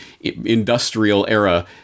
industrial-era